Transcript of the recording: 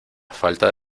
falta